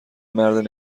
مرد